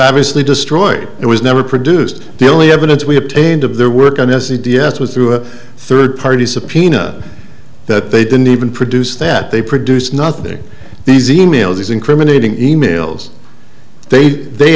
obviously destroyed it was never produced the only evidence we obtained of their work honestly d s was through a third party subpoena that they didn't even produce that they produce nothing these e mails these incriminating e mails they they